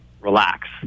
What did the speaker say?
relax